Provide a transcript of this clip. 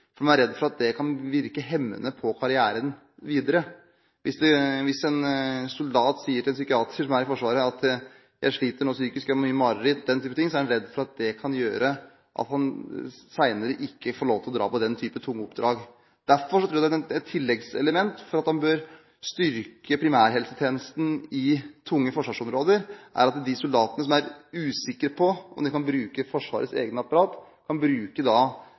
for man er redd for at det kan virke hemmende på karrieren videre. Hvis en soldat sier til en psykolog i Forsvaret at han sliter psykisk, har mye mareritt og den type ting, er han redd for at det kan gjøre at han senere ikke får lov til å dra på den type tunge oppdrag. Derfor tror jeg et tilleggselement for at en bør styrke primærhelsetjenesten i tunge forsvarsområder, er at de soldatene som er usikre på om de kan bruke Forsvarets eget apparat, kan bruke det andre offentlige hjelpeapparatet for å få hjelp, et hjelpeapparat som da